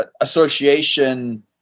Association